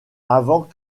avant